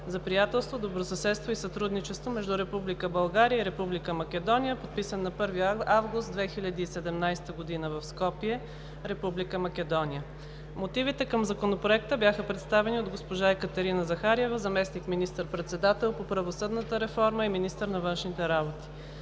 за приятелство, добросъседство и сътрудничество между Република България и Република Македония, подписан на 1 август 2017 г. в Скопие, Република Македония. Мотивите към Законопроекта бяха представени от госпожа Екатерина Захариева, заместник министър-председател по правосъдната реформа и министър на външните работи.